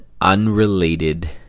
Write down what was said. unrelated